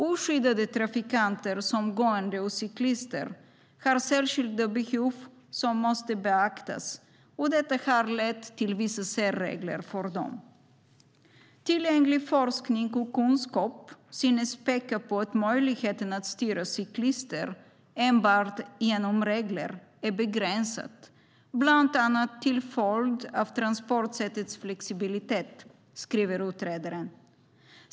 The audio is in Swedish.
Oskyddade trafikanter, till exempel gående och cyklister, har särskilda behov som måste beaktas, och detta har lett till vissa särregler för dem. Tillgänglig forskning och kunskap synes peka på att möjligheten att styra cyklister enbart genom regler är begränsad bland annat till följd av transportsättets flexibilitet, skriver utredaren.